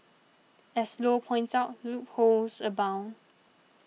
as Low points out loopholes abound